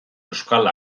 euskal